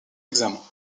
examens